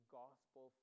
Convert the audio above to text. gospel